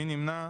מי נמנע?